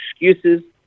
excuses